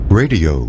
radio